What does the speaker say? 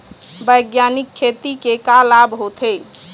बैग्यानिक खेती के का लाभ होथे?